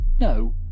No